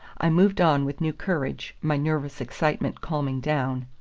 i moved on with new courage, my nervous excitement calming down.